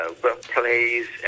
workplace